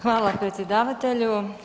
Hvala predsjedavatelju.